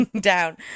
down